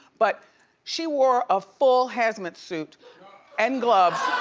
but she wore a full hazmat suit and gloves